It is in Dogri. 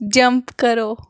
जंप करो